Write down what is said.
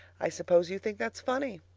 i suppose you think that's funny?